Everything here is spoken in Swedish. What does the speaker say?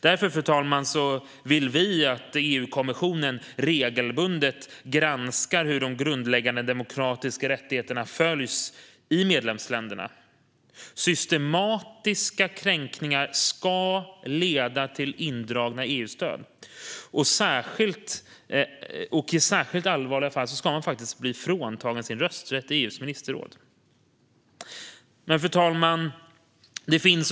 Därför vill vi att EU-kommissionen regelbundet granskar hur de grundläggande demokratiska rättigheterna följs i medlemsländerna. Systematiska kränkningar ska leda till indragna EU-stöd, och i särskilt allvarliga fall ska man bli fråntagen sin rösträtt i EU:s ministerråd. Fru talman!